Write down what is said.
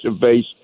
base